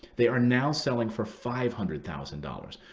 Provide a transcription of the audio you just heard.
they are now selling for five hundred thousand dollars.